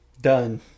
Done